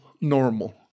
normal